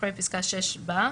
אחרי פסקה (6) בא: